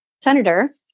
Senator